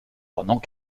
pendant